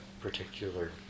particular